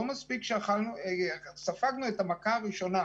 לא מספיק שספגנו את מכות הסגר הראשון,